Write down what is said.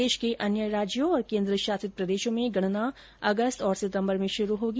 देश के अन्य राज्यों और केन्द्र शासित प्रदेशों में गणना अगस्त और सितंबर में शुरू होगी